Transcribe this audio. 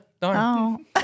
Darn